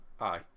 Aye